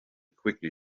quickly